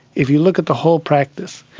if you look at the whole practice,